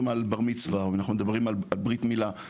על בר מצווה או אם אנחנו מדברים על ברית מילה,